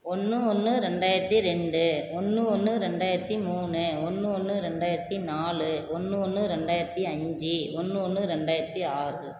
ஒன்று ஒன்று ரெண்டாயிரத்தி ரெண்டு ஒன்று ஒன்று ரெண்டாயிரத்தி மூணு ஒன்று ஒன்று ரெண்டாயிரத்தி நாலு ஒன்று ஒன்று ரெண்டாயிரத்தி அஞ்சு ஒன்று ஒன்று ரெண்டாயிரத்தி ஆறு